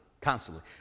constantly